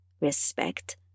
respect